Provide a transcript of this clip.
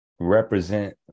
represent